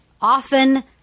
often